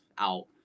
out